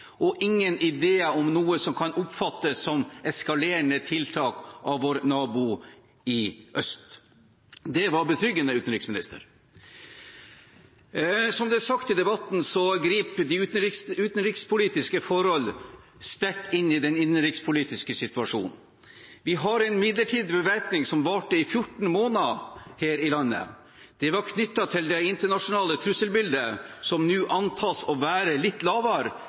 og at det ikke var noen ideer om noe som kan oppfattes som eskalerende tiltak av vår nabo i øst. Det var betryggende. Som det er sagt i debatten griper de utenrikspolitiske forhold sterkt inn i den innenrikspolitiske situasjonen. Vi hadde en midlertidig bevæpning her i landet som varte i 14 måneder. Det var knyttet til det internasjonale trusselbildet som nå antas å være litt lavere